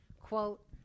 Quote